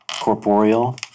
Corporeal